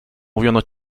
mówiono